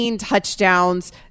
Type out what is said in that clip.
touchdowns